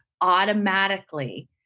automatically